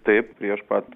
taip prieš pat